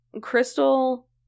Crystal